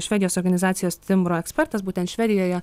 švedijos organizacijos timbro ekspertas būtent švedijoje